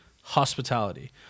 hospitality